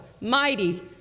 mighty